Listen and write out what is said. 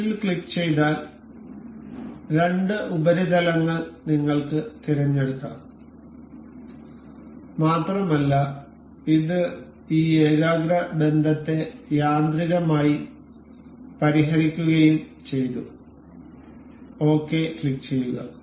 mate ൽ ക്ലിക്കുചെയ്താൽ രണ്ട് ഉപരിതലങ്ങൾ നിങ്ങൾക്ക് തിരഞ്ഞെടുക്കാം മാത്രമല്ല ഇത് ഈ ഏകാഗ്ര ബന്ധത്തെ യാന്ത്രികമായി പരിഹരിക്കുകയും ചെയ്തു ഓകെ ക്ലിക്കുചെയ്യുക